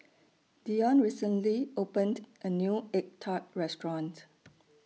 Deion recently opened A New Egg Tart Restaurant